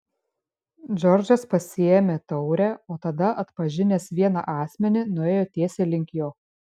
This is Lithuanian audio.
džordžas pasiėmė taurę o tada atpažinęs vieną asmenį nuėjo tiesiai link jo